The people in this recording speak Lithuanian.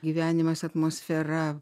gyvenimas atmosfera